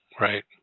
right